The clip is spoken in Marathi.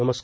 नमस्कार